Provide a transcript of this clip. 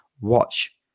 watch